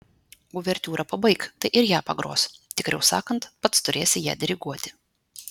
uvertiūrą pabaik tai ir ją pagros tikriau sakant pats turėsi ją diriguoti